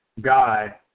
guy